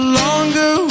longer